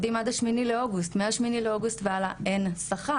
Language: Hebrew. עובדים עד ה-8 באוגוסט והחל מה-8 באוגוסט והלאה פשוט אין שכר.